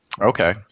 Okay